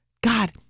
God